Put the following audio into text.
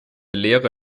lehre